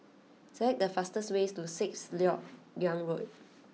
select the fastest way to Sixth Lok Yang Road